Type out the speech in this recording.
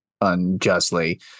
unjustly